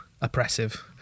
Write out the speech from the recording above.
oppressive